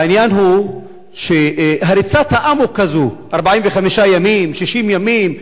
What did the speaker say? העניין הוא שריצת האמוק הזו, 45 ימים, 60 ימים.